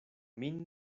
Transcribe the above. min